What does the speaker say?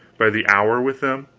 by the hour with them.